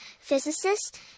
physicist